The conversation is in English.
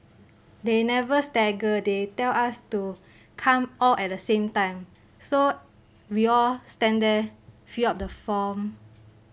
they never stagger they tell us to come all at the same time so we all stand there fill up the form